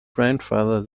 grandfather